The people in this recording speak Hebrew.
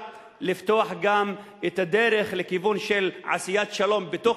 לפתוח גם את הדרך לכיוון של עשיית שלום בתוך